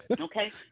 Okay